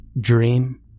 Dream